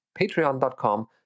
patreon.com